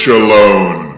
alone